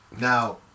Now